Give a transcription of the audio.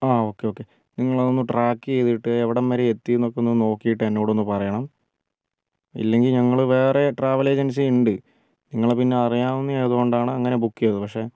ആ okay okay നിങ്ങൾ അതൊന്ന് ട്രാക്ക് ചെയ്തിട്ട് എവിടം വരെ എത്തി എന്നൊക്കെ ഒന്ന് നോക്കിയിട്ട് എന്നോട് ഒന്ന് പറയണം ഇല്ലെങ്കിൽ ഞങ്ങൾ വേറെ ട്രാവൽ ഏജൻസി ഉണ്ട് നിങ്ങളെ പിന്നെ അറിയാവുന്നത് ആയതുകൊണ്ടാണ് അങ്ങനെ ബുക്ക് ചെയ്തത് പക്ഷേ